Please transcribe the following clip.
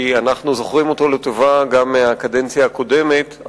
כי אנחנו זוכרים אותו לטובה גם מהקדנציה הקודמת,